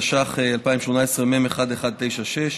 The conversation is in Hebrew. התשע"ח 2018, מ/1196,